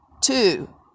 two